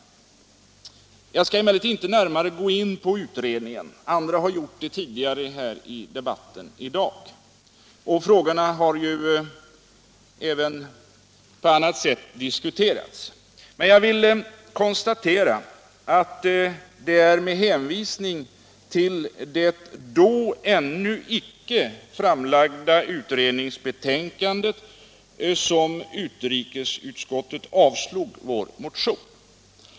Jag skall emellertid inte närmare gå in på utredningen — andra har gjort det tidigare under debatten här i dag, och frågorna har ju även på annat sätt diskuterats. Men jag konstaterar att det var med hänvisning till det då ännu icke framlagda utredningsbetänkandet som utrikesutskottet avstyrkte vår motion.